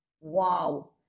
wow